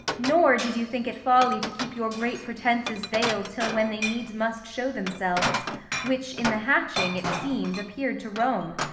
nor did you think it folly to keep your great pretences veil'd till when they needs must show themselves which in the hatching, it seem'd, appear'd to rome.